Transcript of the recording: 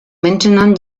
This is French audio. maintenant